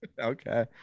Okay